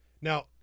Now